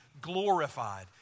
glorified